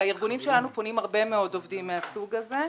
לארגונים שלנו פונים הרבה מאוד עובדים מהסוג הזה.